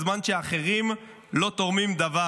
בזמן שאחרים לא תורמים דבר,